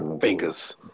fingers